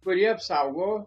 kuri apsaugo